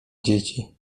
dzieci